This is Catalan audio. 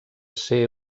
ser